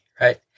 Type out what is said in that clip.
Right